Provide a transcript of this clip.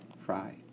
Fry